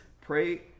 pray